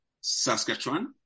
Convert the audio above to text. Saskatchewan